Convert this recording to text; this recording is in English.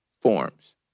forms